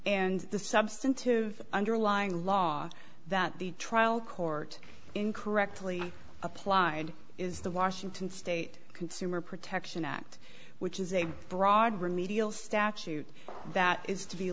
and the substantive underlying law that the trial court in correctly applied is the washington state consumer protection act which is a broad remedial statute that is to be